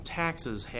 taxes